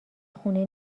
خونه